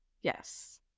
Yes